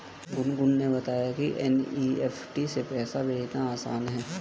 गुनगुन ने बताया कि एन.ई.एफ़.टी से पैसा भेजना आसान है